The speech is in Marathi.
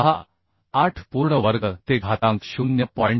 3968 पूर्ण वर्ग ते घातांक 0